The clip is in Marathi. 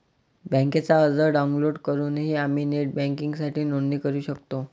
बँकेचा अर्ज डाउनलोड करूनही आम्ही नेट बँकिंगसाठी नोंदणी करू शकतो